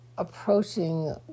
Approaching